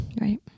Right